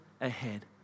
ahead